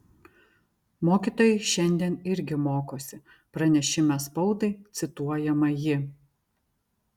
mokytojai šiandien irgi mokosi pranešime spaudai cituojama ji